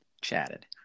chatted